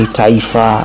taifa